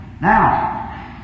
Now